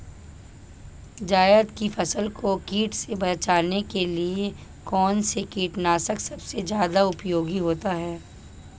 जायद की फसल को कीट से बचाने के लिए कौन से कीटनाशक सबसे ज्यादा उपयोगी होती है?